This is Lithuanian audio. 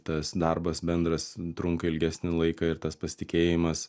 tas darbas bendras trunka ilgesnį laiką ir tas pasitikėjimas